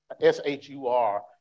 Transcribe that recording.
S-H-U-R